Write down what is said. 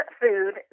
food